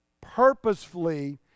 purposefully